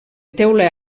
teula